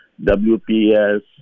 WPS